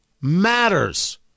matters